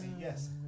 Yes